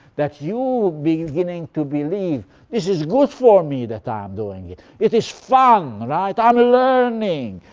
that you're beginning to believe this is good for me that i am doing it. it is fun. right? i'm learning.